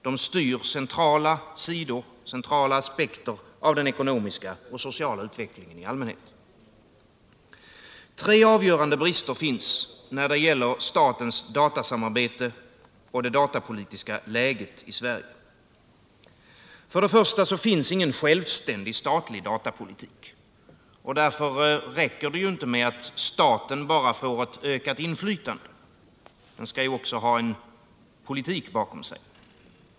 De styr centrala aspekter av den ekonomiska och sociala utvecklingen i allmänhet. Tre avgörande brister finns när det gäller statens datasamarbete och det datapolitiska läget i Sverige. För det första finns ingen självständig statlig datapolitik. Därför räcker det inte med att staten bara får ett ökat inflytande. Den skall också ha en politik bakom sig.